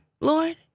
Lord